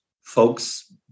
folks